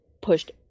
pushed